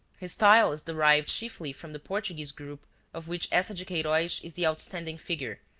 his style is derived chiefly from the portuguese group of which eca de queiroz is the outstanding figure,